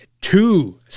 two